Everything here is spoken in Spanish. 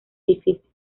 difícil